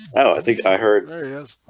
oh i think i heard